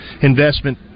investment